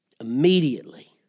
Immediately